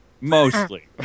Mostly